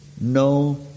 no